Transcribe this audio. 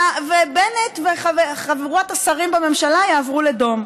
ובנט וחבורת השרים בממשלה יעברו לדום.